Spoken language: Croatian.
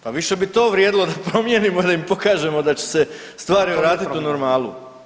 Pa više bi to vrijedilo da promijenimo da im pokažemo da će se stvari vratit u normalu.